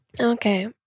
Okay